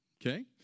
Okay